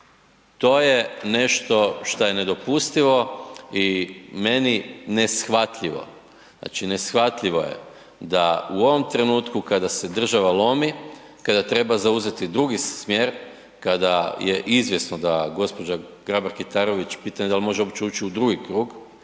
To je nešto šta je nedopustivo i meni neshvatljivo. Znači neshvatljivo je da u ovom trenutku kada se država lomi, kada treba zauzeti drugi smjer, kada je izvjesno da gospođa Grabar Kitarović, pitanje da li uopće može ući u drugi krug,